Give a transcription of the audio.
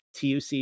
TUC